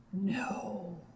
No